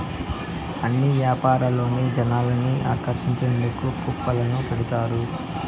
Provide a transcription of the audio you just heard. అన్ని యాపారాల్లోనూ జనాల్ని ఆకర్షించేందుకు కూపన్లు పెడతారు